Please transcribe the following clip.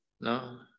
no